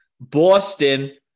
Boston